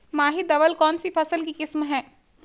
माही धवल कौनसी फसल की किस्म है?